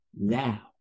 now